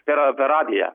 per per radiją